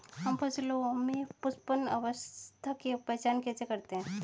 हम फसलों में पुष्पन अवस्था की पहचान कैसे करते हैं?